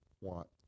want